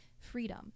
Freedom